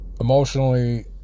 Emotionally